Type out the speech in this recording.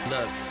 Look